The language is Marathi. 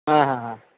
हां हां हां